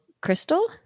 Crystal